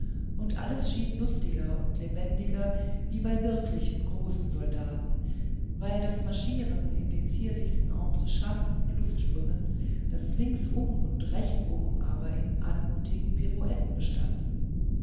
und alles schien lustiger und lebendiger wie bei wirklichen großen soldaten weil das marschieren in den zierlichsten entrechats und luftsprüngen das links um und rechtsum aber in anmutigen pirouetten bestand